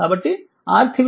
కాబట్టి RThevenin 10